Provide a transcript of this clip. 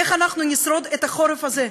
איך אנחנו נשרוד את החורף הזה,